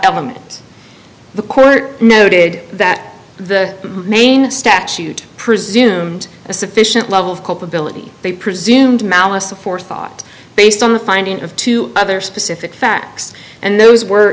element the court noted that the main statute presumed a sufficient level of culpability they presumed malice aforethought based on the finding of two other specific facts and those were